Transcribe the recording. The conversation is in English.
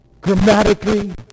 grammatically